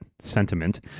sentiment